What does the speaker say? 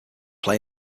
play